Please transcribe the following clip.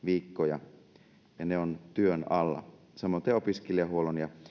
viikkoja ne ovat työn alla samoiten opiskelijahuollon ja